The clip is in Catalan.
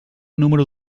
número